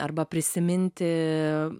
arba prisiminti